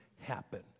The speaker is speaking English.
happen